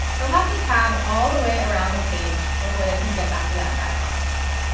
they'll have to tab all the way around the page before they can get back to that dialog.